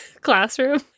classroom